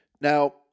Now